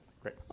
great